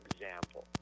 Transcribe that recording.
example